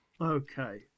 Okay